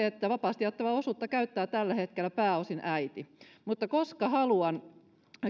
että vapaasti jaettavaa osuutta käyttää tällä hetkellä pääosin äiti koska haluan